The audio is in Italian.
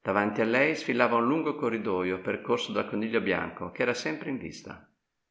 davanti a lei sfilava un lungo corridoio percorso dal coniglio bianco ch'era sempre in vista